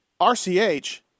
RCH